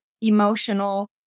emotional